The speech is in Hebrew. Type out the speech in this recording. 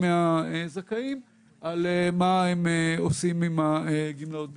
מהזכאים מה הם עושים עם הגמלאות בכסף.